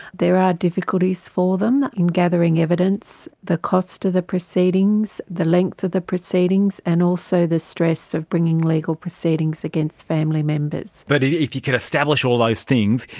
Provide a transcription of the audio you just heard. there are difficulties for them in gathering evidence, the cost of the proceedings, the length of the proceedings and also the stress of bringing legal proceedings against family members. but if you could establish all those things,